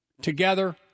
together